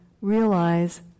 realize